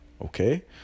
Okay